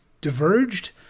diverged